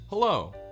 Hello